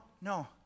no